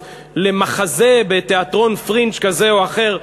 למחזה בתיאטרון פרינג' כזה או אחר.